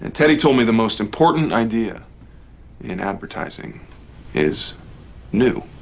and teddy told me the most important idea in advertising is new.